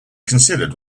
considered